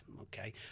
okay